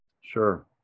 sure